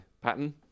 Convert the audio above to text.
pattern